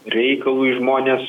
reikalui žmonės